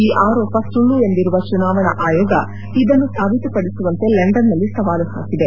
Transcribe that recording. ಈ ಆರೋಪ ಸುಳ್ಳು ಎಂದಿರುವ ಚುನಾವಣಾ ಅಯೋಗ ಇದನ್ನು ಸಾಬೀತುಪಡಿಸುವಂತೆ ಲಂಡನ್ನಲ್ಲಿ ಸವಾಲು ಪಾಕಿದೆ